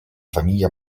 famiglia